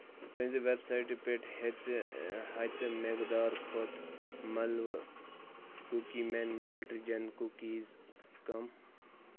تُہنٛزِ ویب سایٹہِ پٮ۪ٹھ ہیٚتہِ ہتہِ مٮ۪قدار کھۄتہٕ مَلوٕ کُکی مین ملٹی جین کُکیٖز کم